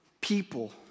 people